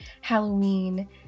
Halloween